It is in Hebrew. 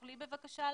הממשלה?